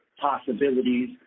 possibilities